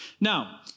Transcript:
Now